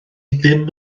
ddim